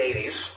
80s